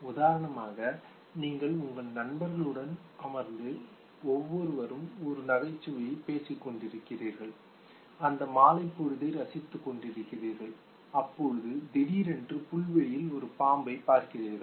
உதாரணமாக நீங்கள் உங்கள் நண்பர்களுடன் உட்கார்ந்து ஒருவருக்கு ஒருவர் நகைச்சுவையாகப் பேசிக் கொண்டிருக்கிறீர்கள் அந்த மாலைப் பொழுதை ரசித்துக் கொண்டிருக்கிறீர்கள் அப்போது திடீரென்று புல்வெளியில் ஒரு பாம்பை பார்க்கிறீர்கள்